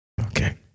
Okay